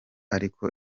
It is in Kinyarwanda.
ariko